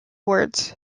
words